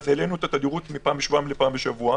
העלינו את התדירות מפעם בשבועיים לפעם בשבוע.